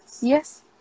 Yes